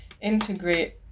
integrate